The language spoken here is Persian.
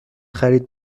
خرید